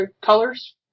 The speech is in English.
colors